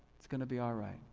it's gonna be alright.